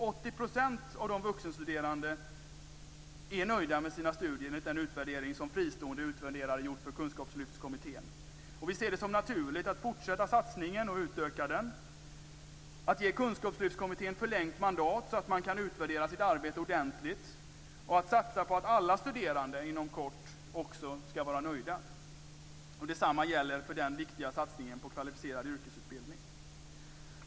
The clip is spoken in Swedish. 80 % av de vuxenstuderande är nöjda med sina studier enligt den utvärdering som fristående utvärderare gjort för Kunskapslyftskommittén. Vi ser det som naturligt att fortsätta satsningen och utöka den samt att ge Kunskapslyftskommittén förlängt mandat, så att man kan utvärdera sitt arbete ordentligt och satsa på att alla studerande inom kort skall vara nöjda. Detsamma gäller för den viktiga satsningen på kvalificerad yrkesutbildning.